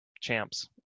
champs